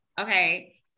Okay